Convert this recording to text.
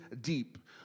deep